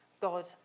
God